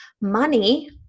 Money